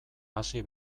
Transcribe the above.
hasi